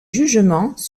jugements